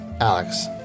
Alex